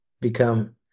become